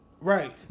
Right